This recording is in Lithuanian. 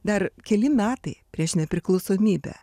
dar keli metai prieš nepriklausomybę